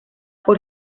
por